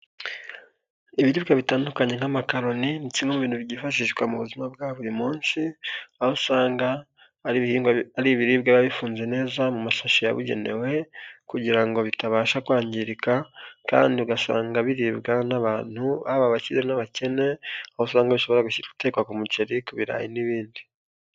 Ibiribwa bitandukanye nk'amakaroni, ni kimwe mu bintu byifashishwa mu buzima bwa buri munsi, aho usanga ari ibihingwa, ari ibiribwa biba bifunze neza mu masashi yabugenewe kugira ngo bitabasha kwangirika kandi ugasanga biribwa n'abantu, haba ababakire n'abakene, aho usanga abenshi bibafasha mu gutekwa ku muceri, ku birarayi n'ibindi.